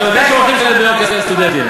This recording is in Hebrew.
אתה יודע שהם הולכים לשלם ביוקר, הסטודנטים.